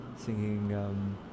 singing